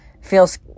feels